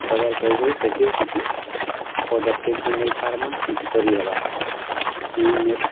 ଖବର୍ ପାଇଁ କରି ସେଥିର୍ କିଛି ପଦକ୍ଷେପ ବି ନେଇ ପାରମା କିଛି କରି ହେବା ତେଣୁ ମୋର୍